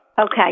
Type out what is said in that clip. Okay